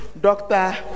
Doctor